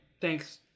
thanks